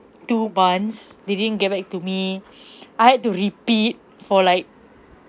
two months they didn't get back to me I had to repeat for like